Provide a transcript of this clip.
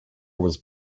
was